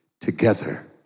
together